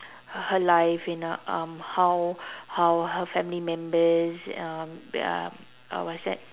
her life you know um how how her family members um uh uh what's that